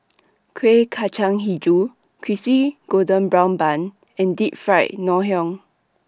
Kueh Kacang Hijau Crispy Golden Brown Bun and Deep Fried Ngoh Hiang